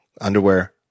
underwear